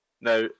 Now